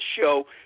show